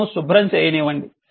నన్ను శుభ్రం చేయనివ్వండి